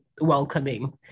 welcoming